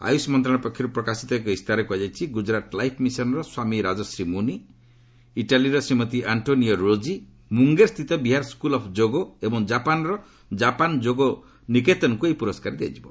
ଆୟୁଷ ମନ୍ତ୍ରଣାଳୟ ପକ୍ଷରୁ ପ୍ରକାଶିତ ଏକ ଇସ୍ତାହାରରେ କୁହାଯାଇଛି ଗୁଜରାଟ ଲାଇଫ୍ ମିଶନ୍ର ସ୍ୱାମୀ ରାଜଶ୍ରୀ ମୁନୀ ଇଟାଲୀର ଶ୍ରୀମତୀ ଆଷ୍ଟ୍ରୋନିଏଟା ରୋଜୀ ମୁଙ୍ଗେର୍ ସ୍ଥିତ ବିହାର ସ୍କୁଲ୍ ଅଫ୍ ଯୋଗ ଏବଂ ଜାପାନ୍ର ଜାପାନ୍ ଯୋଗ ନିକେତନକୁ ଏଇ ପୁରସ୍କାର ଦିଆଯିବ